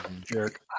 Jerk